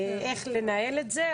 איך לנהל את זה,